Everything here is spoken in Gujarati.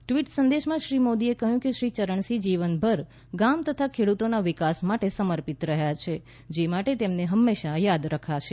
ટ઼વીટ સંદેશમાં શ્રી મોદી કહ્યું કે શ્રી ચરણસિંહ જીવનભર ગામ તથા ખેડૂતોના વિકાસ માટે સમર્પિત રહ્યા જે માટે તેમને હંમેશાં યાદ રખાશે